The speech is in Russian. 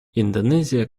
индонезия